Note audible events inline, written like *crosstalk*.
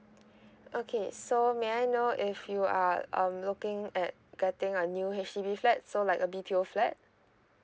*breath* okay so may I know if you are um looking at getting a new H_D_B flat so like a B_T_O flat